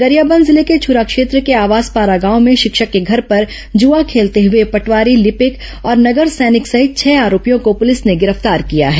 गरियाबंद जिले में छुरा क्षेत्र के आवास पारा गांव में शिक्षक के घर पर जुआ खेलते हुए पटवारी लिपिक और नगर सैनिक सहित छह आरोपियों को पुलिस ने गिरफ्तार किया है